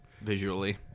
visually